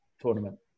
tournament